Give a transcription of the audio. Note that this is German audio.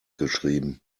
geschrieben